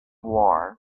war